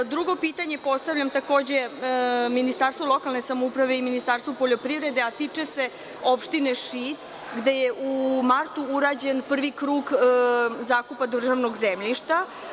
Drugo pitanje postavljam takođe Ministarstvu lokalne samouprave i Ministarstvu poljoprivrede, a tiče se opštine Šid, gde je u martu urađen prvi krug zakupa državnog zemljišta.